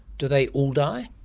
do they all die?